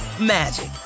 magic